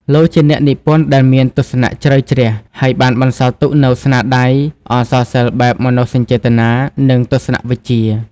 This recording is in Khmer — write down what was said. លោកជាអ្នកនិពន្ធដែលមានទស្សនៈជ្រៅជ្រះ ហើយបានបន្សល់ទុកនូវស្នាដៃអក្សរសិល្ប៍បែបមនោសញ្ចេតនា និងទស្សនវិជ្ជា។